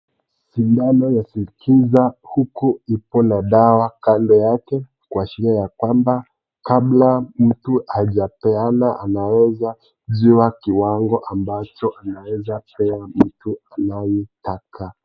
Sindano ya sinikiza huku iko na dawa kando yake, kuashiria ya kwamba kabla mtu hajapeana anaweza jua kiwango ambacho anawezapea mtu anayetaka.